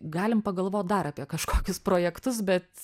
galim pagalvot dar apie kažkokius projektus bet